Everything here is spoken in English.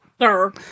sir